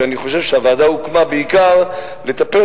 ואני חושב שהוועדה הוקמה בעיקר כדי לטפל